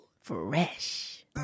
Fresh